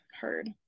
heard